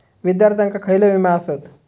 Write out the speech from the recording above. विद्यार्थ्यांका खयले विमे आसत?